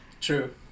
True